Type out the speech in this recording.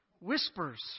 Whispers